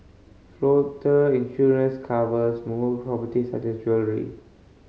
floater insurance covers movable properties such as jewellery